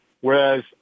Whereas